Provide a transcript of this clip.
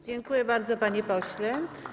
Dziękuję bardzo, panie pośle.